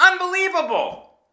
Unbelievable